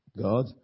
God